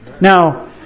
Now